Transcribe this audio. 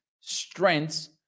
strengths